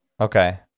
Okay